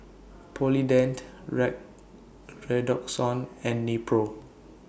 Polident Red Redoxon and Nepro